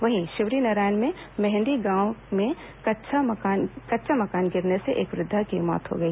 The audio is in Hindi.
वहीं शिवरीनारायण के मेहंदी गांव में कच्चा मकान गिरने से एक वृद्धा की मृत्यु हो गई